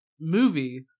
movie